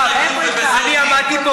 זו ההתחייבות ובזה עומדים,